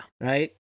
Right